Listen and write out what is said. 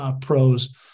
pros